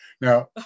Now